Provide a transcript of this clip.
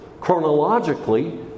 chronologically